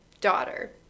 daughter